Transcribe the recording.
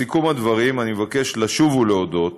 לסיכום הדברים אני מבקש לשוב ולהודות,